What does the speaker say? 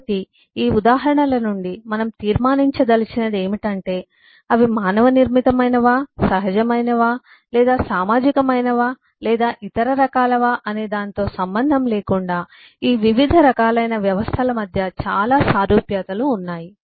కాబట్టి ఈ ఉదాహరణల నుండి మనం తీర్మానించదలిచినది ఏమిటంటే అవి మానవ నిర్మితమైనవా అవి సహజమైనవా అవి సామాజికమైనవా లేదా ఇతర రకాలవా అనే దానితో సంబంధం లేకుండా ఈ వివిధ రకాలైన వ్యవస్థల మధ్య చాలా సారూప్యతలు ఉన్నాయి